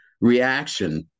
reaction